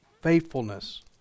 faithfulness